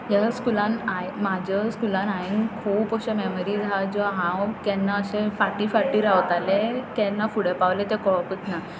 ह्या स्कुलान हांव म्हाज्या स्कुलान हांवें खूब अशे मॅमरीज हा ज्यो हांव केन्ना अशें फाटीं फाटीं रावतालें केन्ना फुडें पावलें तें कळकूच ना